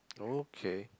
okay